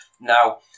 Now